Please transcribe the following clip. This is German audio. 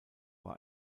war